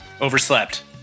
Overslept